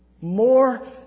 more